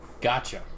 Gotcha